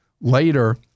Later